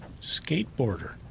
skateboarder